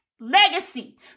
legacy